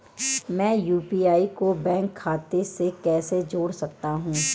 मैं यू.पी.आई को बैंक खाते से कैसे जोड़ सकता हूँ?